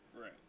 Right